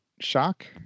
Shock